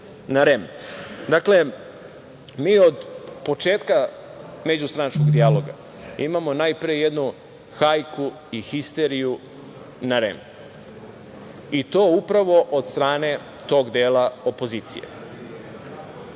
na REM. Mi od početka međustranačkog dijaloga imamo najpre jednu hajku i histeriju na REM i to upravo od strane tog dela opozicije.